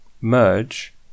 merge